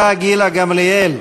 השרה גילה גמליאל,